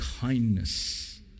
kindness